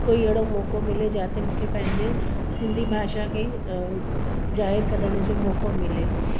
कोई अहिड़ो मौक़ो मिले जाते मूंखे पंहिंजे सिंधी भाषा खे अ ज़ाहिर करण जो मौक़ो मिले